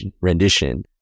rendition